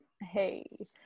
Hey